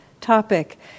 topic